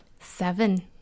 Seven